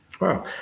Wow